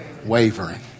Wavering